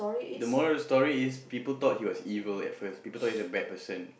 the moral of the story is people thought he was evil at first people thought he is a bad person